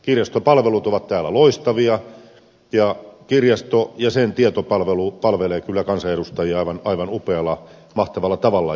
kirjastopalvelut ovat täällä loistavia ja kirjasto ja sen tietopalvelu palvelevat kyllä kansanedustajia aivan upealla mahtavalla tavalla